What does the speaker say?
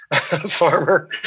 farmer